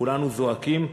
כולנו זועקים.